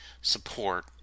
support